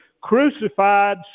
crucified